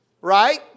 right